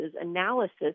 analysis